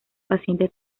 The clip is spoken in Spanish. paciente